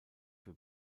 für